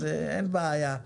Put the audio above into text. אז אין בעיה,